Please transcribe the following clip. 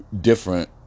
different